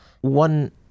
One